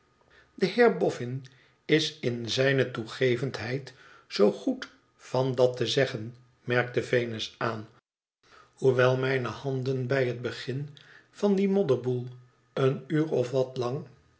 de heer boffin is in zijne toegevendheid zoo goed van dat te zeggen merkte venus aan hoewel mijne handen bij het begin van dien modderboel een uur of wat lang